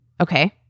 Okay